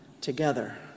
together